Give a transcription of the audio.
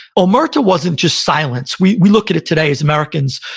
omerta wasn't just silence. we we look at it today as americans,